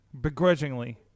begrudgingly